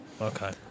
Okay